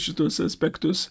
šituos aspektus